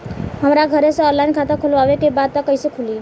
हमरा घरे से ऑनलाइन खाता खोलवावे के बा त कइसे खुली?